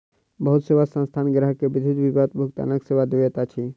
बहुत सेवा संस्थान ग्राहक के विद्युत विपत्र भुगतानक सेवा दैत अछि